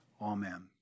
Amen